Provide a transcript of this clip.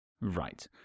right